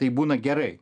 tai būna gerai